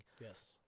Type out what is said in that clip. Yes